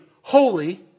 holy